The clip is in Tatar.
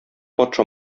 патша